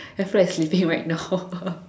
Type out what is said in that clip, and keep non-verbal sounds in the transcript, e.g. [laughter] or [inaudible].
I feel like sleeping right now [laughs]